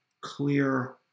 clear